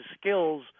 skills –